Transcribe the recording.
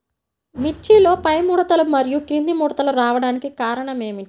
మిర్చిలో పైముడతలు మరియు క్రింది ముడతలు రావడానికి కారణం ఏమిటి?